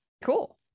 cool